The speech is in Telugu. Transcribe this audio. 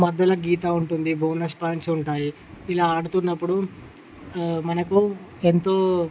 మధ్యలో గీత ఉంటుంది బోనస్ పాయింట్స్ ఉంటాయి ఇలా ఆడుతున్నప్పుడు మనకు ఎంతో